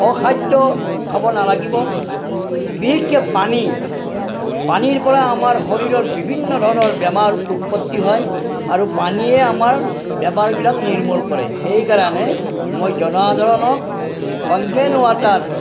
অখাদ্য খাব নালাগিব বিশেষকৈ পানী পানীৰ পৰা আমাৰ শৰীৰত বিভিন্ন ধৰণৰ বেমাৰ উৎপত্তি হয় আৰু পানীয়ে আমাৰ বেমাৰবিলাক নিৰ্মূল কৰে সেইকাৰণে মই জনসাধাৰণক কেংগেন ৱাটাৰ